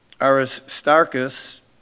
Aristarchus